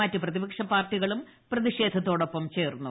മറ്റ് പ്രതിപക്ഷ പാർട്ടികളും പ്രതിഷേധത്തോടൊപ്പം ചേർന്നു